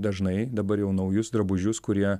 dažnai dabar jau naujus drabužius kurie